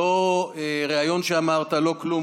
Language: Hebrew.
לא ריאיון שאמרת, לא כלום.